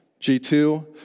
G2